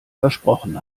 versprochen